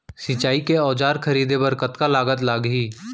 सिंचाई के औजार खरीदे बर कतका लागत लागही?